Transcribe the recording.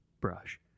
brush